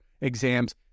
exams